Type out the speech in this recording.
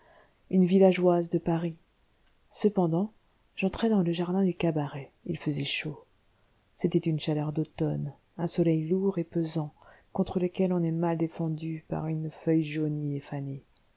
une villageoise de paris cependant j'entrai dans le jardin du cabaret il faisait chaud c'était une chaleur d'automne un soleil lourd et pesant contre lequel on est mal défendu par une feuille jaunie et fanée